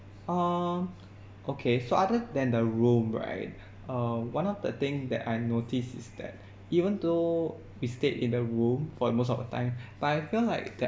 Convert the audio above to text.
um okay so other than the room right uh one of the thing that I notice is that even though we stayed in the room for most of the time but I felt like the